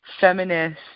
feminist